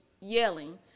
yelling